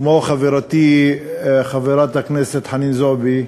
כמו חברתי חברת הכנסת חנין זועבי: